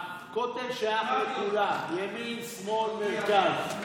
הכותל שייך לכולם, ימין, שמאל, מרכז,